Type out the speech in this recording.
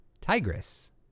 Tigris